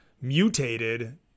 mutated